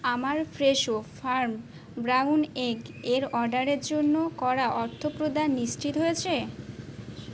আমার Fresho farm brown egg এর অর্ডারের জন্য করা অর্থপ্রদান নিশ্চিত হয়েছে